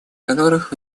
которых